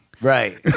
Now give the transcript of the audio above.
Right